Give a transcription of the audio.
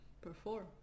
perform